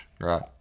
right